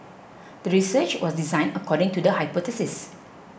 the research was designed according to the hypothesis